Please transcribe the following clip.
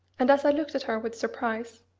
and as i looked at her with surprise,